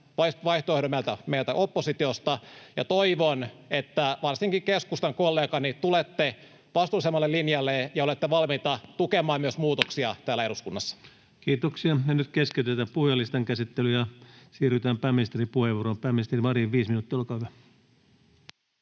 vaihtoehdon meiltä oppositiosta, ja toivon, varsinkin keskustan kollegani, että tulette vastuullisemmalle linjalle ja olette valmiita tukemaan myös muutoksia täällä eduskunnassa. Kiitoksia. — Nyt keskeytetään puhujalistan käsittely ja siirrytään pääministerin puheenvuoroon. — Pääministeri Marin, viisi minuuttia, olkaa hyvä.